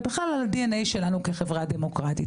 ובכלל על ה- DNA שלנו כחברה דמוקרטית.